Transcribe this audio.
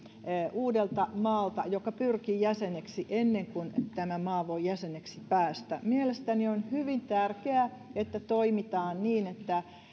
uudelta maalta joka pyrkii jäseneksi ennen kuin tämä maa voi jäseneksi päästä mielestäni on hyvin tärkeää että toimitaan niin että